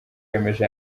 bemeje